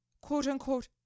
quote-unquote